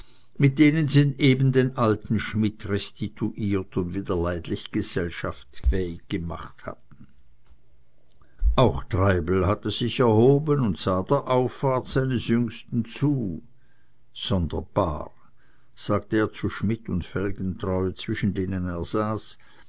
mit denen sie eben den alten schmidt restituiert und wieder leidlich gesellschaftsfähig gemacht hatten auch treibel hatte sich erhoben und sah der anfahrt seines jüngsten zu sonderbar sagte er zu schmidt und felgentreu zwischen denen er saß